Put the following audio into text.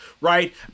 Right